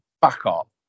backup